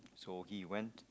so he went